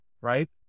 right